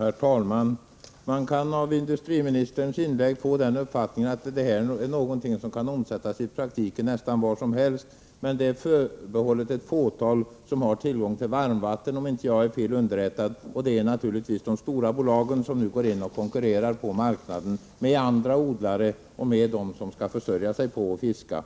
Herr talman! Man kan av industriministerns inlägg få uppfattningen att detta är något som kan omsättas i praktiken nästan var som helst. Men det är förbehållet ett fåtal som har tillgång till varmvatten, om jag inte är fel underrättad. Det är naturligtvis de stora bolagen som nu går in och konkurrerar på marknaden med andra odlare och med dem som skall försörja sig på att fiska.